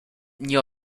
nie